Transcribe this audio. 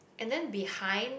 and then behind